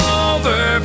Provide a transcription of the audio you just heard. over